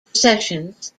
processions